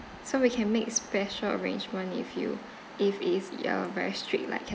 so we can make special arrangements if you if it's a very strict like